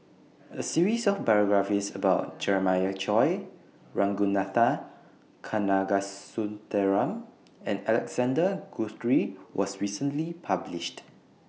A series of biographies about Jeremiah Choy Ragunathar Kanagasuntheram and Alexander Guthrie was recently published